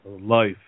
life